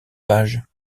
pages